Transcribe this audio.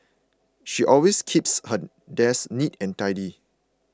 she always keeps her desk neat and tidy